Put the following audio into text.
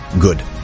good